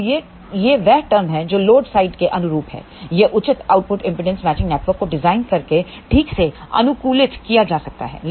अब यह वह टर्म है जो लोड साइड के अनुरूप है यह उचित आउटपुट इंपेडेंस मैचिंग नेटवर्क को डिजाइन करके ठीक से अनुकूलित किया जा सकता है